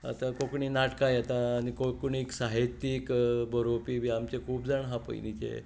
आतां कोंकणी नाटकां येता आनी कोंकणी साहित्यीक बरोवपी बी आमचे खूब जाण आसा